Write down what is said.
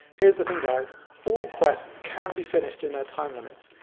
here's the thing, guys all quests can be finished in their time limits.